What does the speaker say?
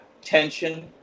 tension